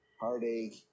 heartache